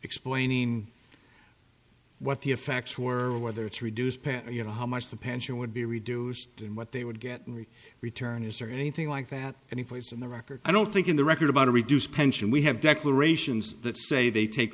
explaining what the effects were whether it's reduced you know how much the pension would be reduced and what they would get rid returned his or anything like that any place in the record i don't think in the record about a reduced pension we have declarations that say they take